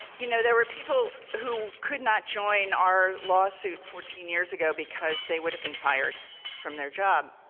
you know, there were people who could not join our lawsuit fourteen years ago because they would have been fired from their job.